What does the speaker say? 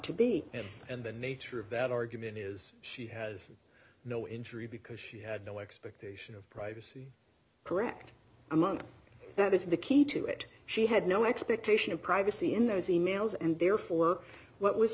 to be and the nature of that argument is she has no injury because she had no expectation of privacy correct among that is the key to it she had no expectation of privacy in those e mails and therefore what was